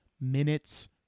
minutes